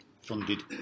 funded